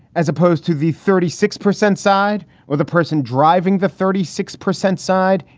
as opposed to the thirty six percent side or the person driving the thirty six percent side,